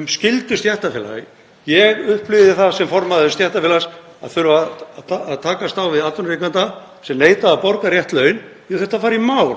um skyldu stéttarfélaga. Ég upplifði það sem formaður stéttarfélags að þurfa að takast á við atvinnurekanda sem neitaði að borga rétt laun. Ég þurfti að fara í mál